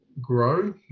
grow